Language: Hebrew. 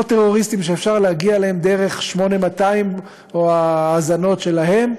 טרוריסטים שאפשר להגיע אליהם דרך 8200 או האזנות להם,